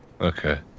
okay